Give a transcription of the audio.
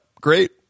great